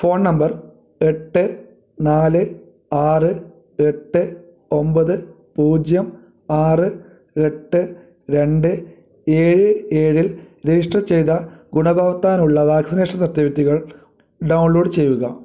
phone number എട്ട് നാല് ആറ് എട്ട് ഒമ്പത് പൂജ്യം ആറ് എട്ട് രണ്ട് ഏഴ് ഏഴിൽ രജിസ്റ്റർ ചെയ്ത ഗുണഭോക്താവിനുള്ള വാക്സിനേഷൻ സർട്ടിഫിക്കറ്റുകൾ ഡൗൺലോഡ് ചെയ്യുക